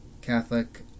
Catholic